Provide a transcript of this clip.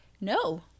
No